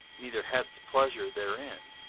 neither hadst pleasure therein